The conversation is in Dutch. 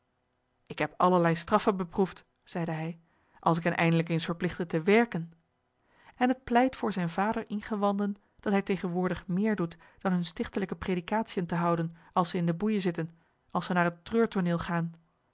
ik heb allerlei straffen beproefd zeide hij als ik hen eindelijk eens verpligtte te werken en het pleit voor zijn vaderingewanden dat hij tegenwoordig meer doet dan hun stichtelijke predikatiën te houden als ze in de boeijen zitten als ze naar het